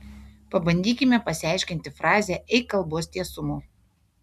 pabandykime pasiaiškinti frazę eik kalbos tiesumu